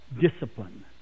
discipline